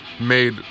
made